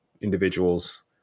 individuals